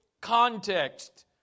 context